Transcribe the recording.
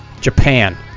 Japan